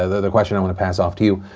ah the question i wanna pass off to you,